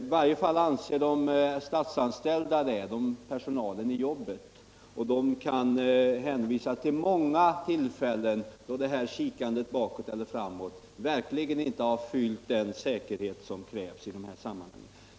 I varje fall anser Statsanställdas förbund det, som representerar personalen i jobbet och som kan hänvisa till många tillfällen då kikandet bakåt eller framåt verkligen inte har uppfyllt de säkerhetskrav som är aktuella i de här sammanhangen.